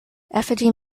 effigy